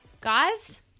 Guys